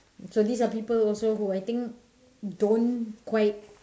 so these are people also who I think don't quite